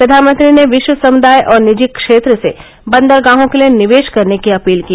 प्रधानमंत्री ने विश्व समुदाय और निजी क्षेत्र से बंदरगाहों के लिए निवेश करने की अपील की